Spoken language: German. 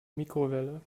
mikrowelle